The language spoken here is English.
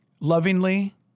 lovingly